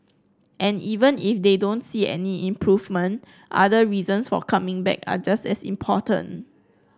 and even if they don't see any improvement other reasons for coming back are just as important